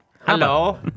Hello